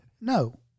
no